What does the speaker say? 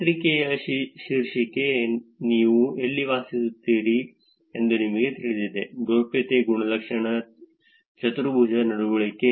ಪತ್ರಿಕೆಯ ಶೀರ್ಷಿಕೆ ನೀವು ಎಲ್ಲಿ ವಾಸಿಸುತ್ತೀರಿ ಎಂದು ನಮಗೆ ತಿಳಿದಿದೆ ಗೌಪ್ಯತೆ ಗುಣಲಕ್ಷಣ ಚತುರ್ಭುಜ ನಡವಳಿಕೆ